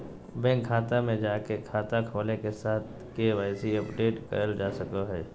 bank शाखा में जाके खाता खोले के साथ के.वाई.सी अपडेट करल जा सको हय